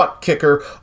kicker